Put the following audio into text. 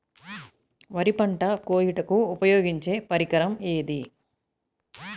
వరి పంట కోయుటకు ఉపయోగించే పరికరం ఏది?